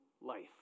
life